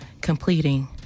completing